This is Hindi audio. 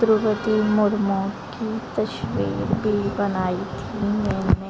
द्रौपदी मुर्मू की तस्वीर भी बनाई थी मैंने